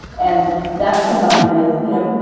and that's combined with, you know,